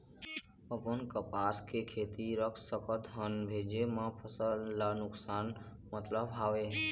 अपन कपास के खेती रख सकत हन भेजे मा फसल ला नुकसान मतलब हावे?